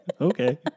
Okay